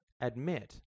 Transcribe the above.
admit